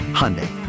Hyundai